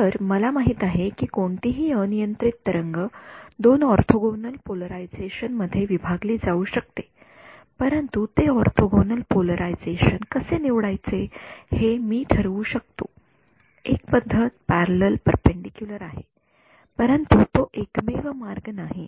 तर मला माहित आहे की कोणतीही अनियंत्रित तरंग दोन ऑर्थोगोनल पोलरायझेशन मध्ये विभागली जाऊ शकते परंतु ते ऑर्थोगोनल पोलरायझेशन कसे निवडायचे हे मी ठरवू शकतो एक पद्धत पॅरलल पेरपेंडीक्युलर आहे परंतु तो एकमेव मार्ग नाही